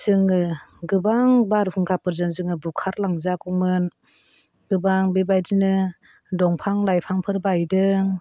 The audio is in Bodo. जोङो गोबां बारहुंखाफोरजों जोङो बुखारलांजागौमोन गोबां बेबादिनो दंफां लाइफांफोर बायदों